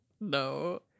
no